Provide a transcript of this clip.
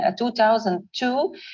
2002